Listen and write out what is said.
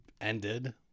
ended